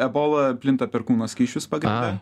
ebola plinta per kūno skysčius pagrinde